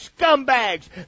scumbags